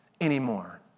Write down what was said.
anymore